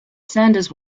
sanders